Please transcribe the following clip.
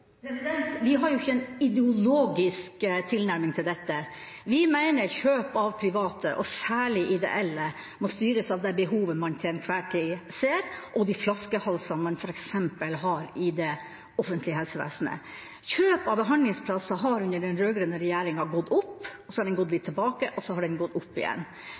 Vi har jo ikke en ideologisk tilnærming til dette. Vi mener at kjøp av private tjenester, og særlig ideelle, må styres av det behovet man til enhver tid ser, og de flaskehalsene man f.eks. har i det offentlige helsevesenet. Kjøp av behandlingsplasser har under den rød-grønne regjeringa gått opp, og så har det gått litt tilbake, og så har det gått opp igjen.